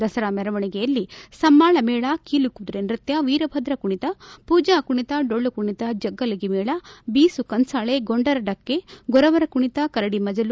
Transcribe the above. ದಸರಾ ಮೆರವಣಿಗೆಯಲ್ಲಿ ಸಮ್ಮಾಳ ಮೇಳ ಕೀಲುಕುದುರೆ ನೃತ್ಯ ವೀರಭದ್ರ ಕುಣಿತ ಪೂಜಾ ಕುಣಿತ ಡೊಳ್ಳು ಕುಣಿತ ಜಗ್ಗಲಗಿ ಮೇಳ ಬೀಸು ಕಂಸಾಳೆ ಗೊಂಡರ ಢಕ್ಕೆ ಗೊರವರ ಕುಣಿತ ಕರಡಿ ಮಜಲು